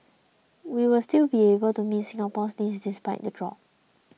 we will still be able to meet Singapore's needs despite the drop